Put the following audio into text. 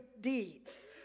deeds